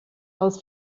als